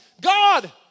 God